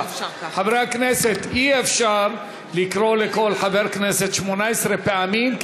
חברי הכנסת, אי-אפשר לקרוא לכל חבר כנסת 18 פעמים.